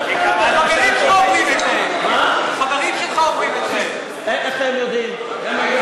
איך אתה יודע?